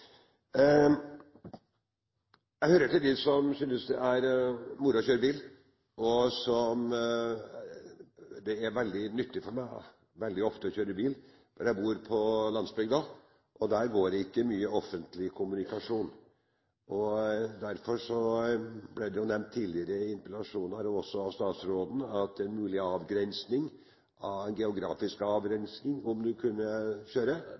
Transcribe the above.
Jeg hører til dem som synes det er moro å kjøre bil. Det er veldig nyttig for meg – og jeg kjører veldig ofte bil – for jeg bor på landsbygda, og der går det ikke mye offentlig kommunikasjon. Det ble nevnt tidligere i interpellasjonsdebatten, også av statsråden, at en mulig avgrensning – geografisk avgrensning – med tanke på om man kan kjøre, nok er en